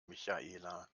michaela